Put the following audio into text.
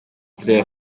claire